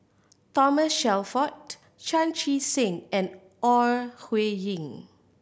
Thomas Shelford Chan Chee Seng and Ore Huiying